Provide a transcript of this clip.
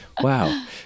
Wow